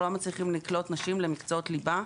אנחנו לא מצליחים לקלוט נשים למקצועות ליבה.